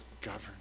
govern